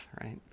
right